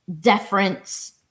deference